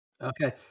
Okay